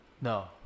No